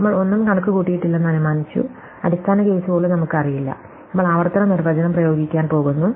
നമ്മൾ ഒന്നും കണക്കുകൂട്ടിയിട്ടില്ലെന്ന് അനുമാനിച്ചു അടിസ്ഥാന കേസ് പോലും നമുക്ക് അറിയില്ല നമ്മൾ ആവർത്തന നിർവചനം പ്രയോഗിക്കാൻ പോകുന്നു